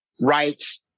rights